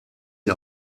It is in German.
die